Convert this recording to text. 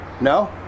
No